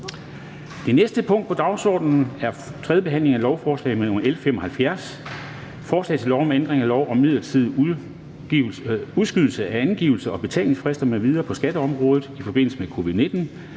Det næste punkt på dagsordenen er: 4) 3. behandling af lovforslag nr. L 75: Forslag til lov om ændring af lov om midlertidig udskydelse af angivelses- og betalingsfrister m.v. på skatteområdet i forbindelse med covid-19